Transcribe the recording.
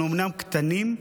אנחנו אומנם קטנים,